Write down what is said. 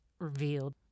revealed